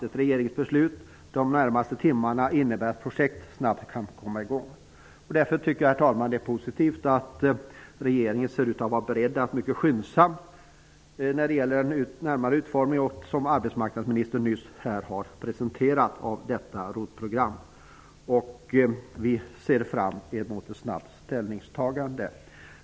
Ett regeringsbeslut de närmaste timmarna innebär att projekt snabbt kan komma i gång. Herr talman! Därför tycker jag att det är positivt att regeringen ser ut att vara beredd att handla mycket skyndsamt när det gäller en närmare utforming av detta ROT-program. Arbetsmarknadsministern presenterade ju detta nyss. Vi ser fram emot ett snabbt ställningstagande.